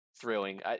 thrilling